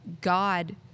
God